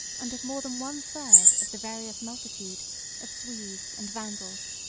and of more than one third of the various multitude of sueves and vandals,